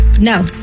No